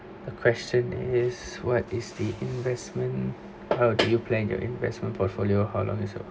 the question is what is the investment how do you plan your investment portfolio how long is your